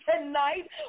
tonight